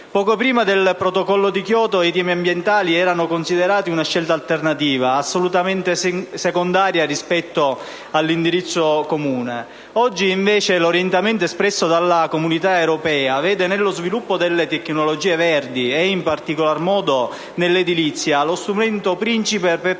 Poco prima del Protocollo di Kyoto, i temi ambientali erano considerati una scelta alternativa, assolutamente secondaria rispetto all'indirizzo comune. Oggi invece l'orientamento espresso dalla comunità europea vede nello sviluppo delle tecnologie verdi, in particolar modo nell'edilizia, lo strumento principe per poter